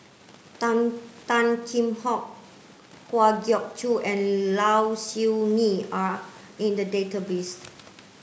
Tan Tan Kheam Hock Kwa Geok Choo and Low Siew Nghee are in the database